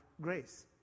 Grace